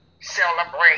celebrate